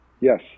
Yes